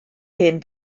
hen